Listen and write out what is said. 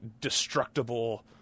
destructible